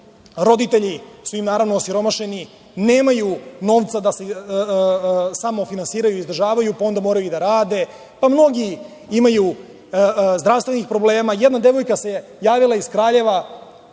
roditelji su im naravno osiromašeni, nemaju novca da se samofinansiraju, izdržavaju, pa onda moraju da rade, pa mnogih zdravstvenih problema. Jedna devojka se javila iz Kraljeva,